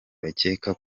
bakeka